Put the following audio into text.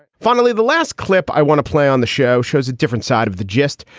finally, the last clip i want to play on the show shows a different side of the gist.